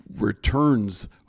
returns